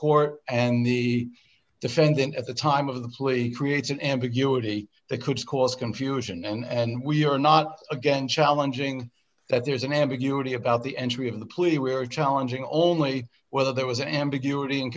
court and the defendant at the time of the plea creates an ambiguity that could cause confusion and we are not again challenging that there's an ambiguity about the entry of the police we are challenging only whether there was an ambiguity